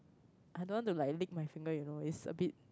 I don't want to like lip my finger you know is a bit